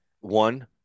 one